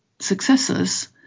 successors